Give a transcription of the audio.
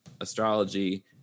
astrology